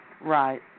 Right